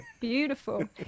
Beautiful